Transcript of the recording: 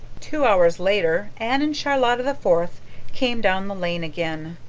two hours later anne and charlotta the fourth came down the lane again.